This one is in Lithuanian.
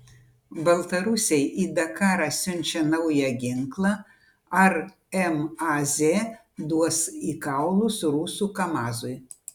baltarusiai į dakarą siunčia naują ginklą ar maz duos į kaulus rusų kamazui